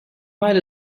might